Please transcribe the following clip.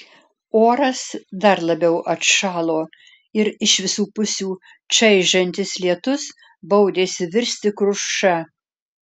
oras dar labiau atšalo ir iš visų pusių čaižantis lietus baudėsi virsti kruša